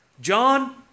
John